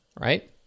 right